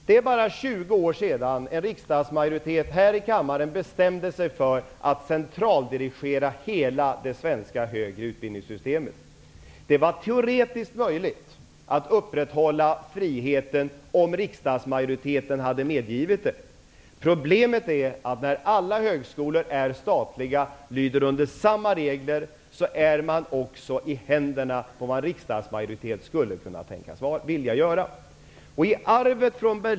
Det är bara 20 år sedan en riksdagsmajoritet här i kammaren bestämde sig för att centraldirigera hela det svenska högre utbildningssystemet. Det var teoretiskt möjligt att upprätthålla friheten om riksdagsmajoriteten hade medgivit det. Problemet är att högskolorna, om de alla är statliga och lyder under samma regler, också är i händerna på vad riksdagsmajoriteten skulle tänkas vilja göra.